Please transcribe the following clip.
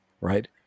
right